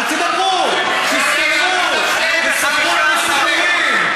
אבל תדברו, תספרו לנו סיפורים.